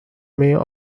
mayor